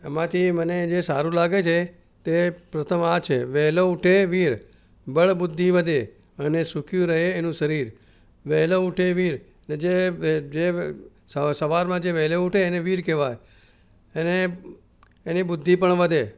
એમાંથી મને જે સારું લાગે છે તે પ્રથમ આ છે વહેલો ઉઠે વીર બળ બુદ્ધિ વધે અને સૂખ્યું રહે એનું શરીર વહેલા ઉઠે એ વીર જે સવા સવારમાં જે વહેલો ઉઠે એને વીર કહેવાય એને એની બુદ્ધિ પણ વધે